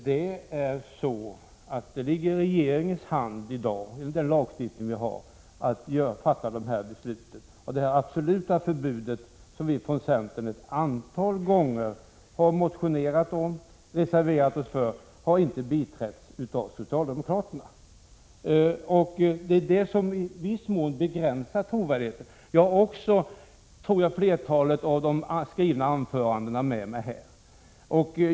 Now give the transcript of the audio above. Fru talman! Med den lagstiftning vi har ligger det i regeringens hand att fatta de här besluten. Det absoluta förbud som vi från centerns sida ett antal gånger har motionerat om och reserverat oss för har inte biträtts av socialdemokraterna. Det är detta som i viss mån begränsar trovärdigheten. Jag har också, tror jag, flertalet av de skrivna anförandena med mig här.